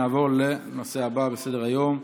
נעבור לנושא הבא בסדר-היום,